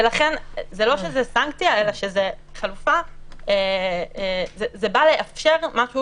ולכן, זה לא סנקציה, אלא זה בא לאפשר משהו